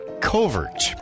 Covert